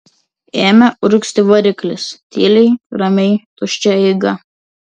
ėmė urgzti variklis tyliai ramiai tuščia eiga